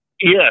Yes